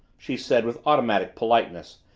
she said with automatic politeness,